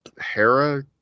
Hera